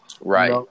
Right